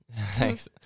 thanks